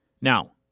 Now